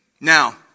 now